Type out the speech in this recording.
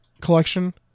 collection